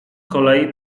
kolei